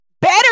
better